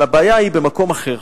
אבל הבעיה היא במקום אחר.